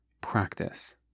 practice